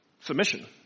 submission